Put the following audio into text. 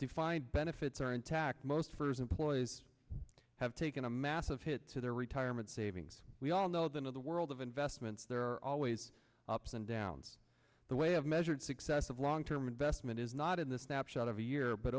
defined benefits are intact most firms employees have taken a massive hit to their retirement savings we all know that of the world of investments there are always ups and downs the way of measured success of long term investment is not in the snapshot of the year but